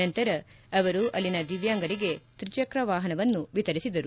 ಈ ಸಂದರ್ಭದಲ್ಲಿ ಅವರು ಅಲ್ಲಿನ ದಿವ್ಯಾಂಗರಿಗೆ ತ್ರಿಚಕ್ರ ವಾಹನವನ್ನು ವಿತರಿಸಿದರು